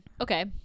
Okay